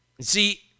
see